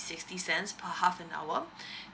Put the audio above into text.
sixty cents per half an hour